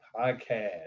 podcast